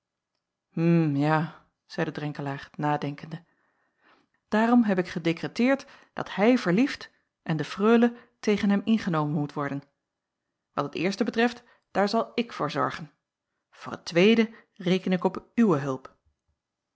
hm ja zeide drenkelaer nadenkende daarom heb ik gedekreteerd dat hij verliefd en de freule tegen hem ingenomen moet worden wat het eerste betreft daar zal ik voor zorgen voor het tweede reken ik op uwe hulp